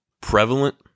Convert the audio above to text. prevalent